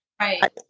Right